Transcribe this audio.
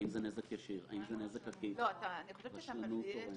האם זה נזק ישיר, אם זה נזק עקיף, רשלנות תורמת.